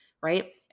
right